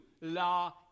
La